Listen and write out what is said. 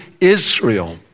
israel